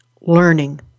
learning